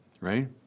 right